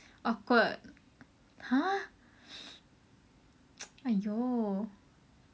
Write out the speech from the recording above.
awkward !huh! !aiyo!